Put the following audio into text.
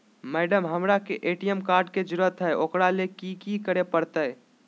Madam, हमरा के ATM card के जरूरत है ऊकरा ले की की करे परते?